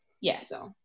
yes